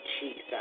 Jesus